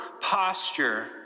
posture